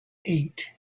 eight